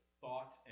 thought